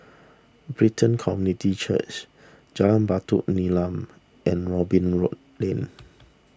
Brighton Community Church Jalan Batu Nilam and Robin Rob Lane